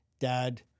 dad